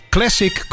Classic